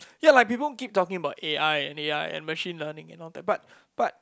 ya like people keep talking about A_I and A_I and machine learning and all that but but